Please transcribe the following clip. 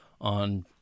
on